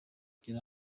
ugera